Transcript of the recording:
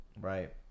right